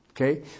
Okay